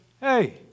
hey